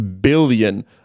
billion